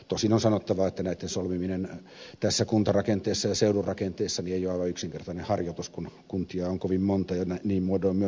tosin on sanottava että näitten solmiminen tässä kuntarakenteessa ja seudun rakenteessa ei ole aivan yksinkertainen harjoitus kun kuntia on kovin monta ja niin muodoin sopimusosapuolia